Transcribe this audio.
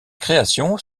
créations